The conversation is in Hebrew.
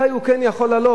מתי הוא כן יכול להעלות,